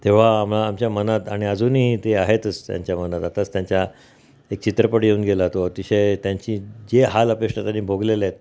तेव्हा आम आमच्या मनात आणि अजूनही ते आहेतच त्यांच्या मनात आताच त्यांच्या एक चित्रपट येऊन गेला तो अतिशय त्यांची जे हाल अपेष्टा त्यांनी भोगलेले आहेत